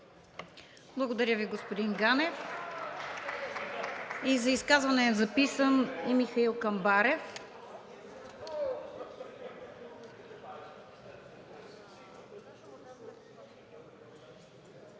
Благодаря Ви, господин Ганев. За изказване е записан и Михал Камбарев.